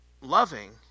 loving